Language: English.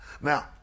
Now